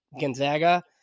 Gonzaga